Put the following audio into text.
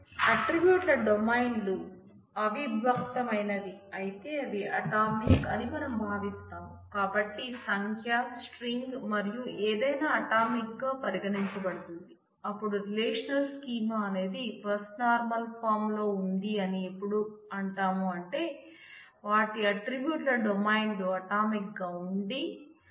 ఆట్రిబ్యూట్ల డొమైన్లు అనేది first normal form లో లేదు అని అర్థం